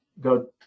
go